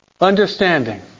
Understanding